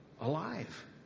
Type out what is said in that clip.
alive